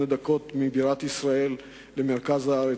28 דקות מבירת ישראל למרכז הארץ,